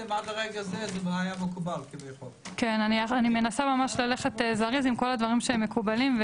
--- כן אני מנסה ממש ללכת זריז עם כל הדברים שמקובלים.